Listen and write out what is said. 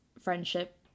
friendship